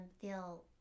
feel